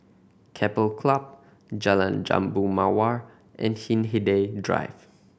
Keppel Club Jalan Jambu Mawar and Hindhede Drive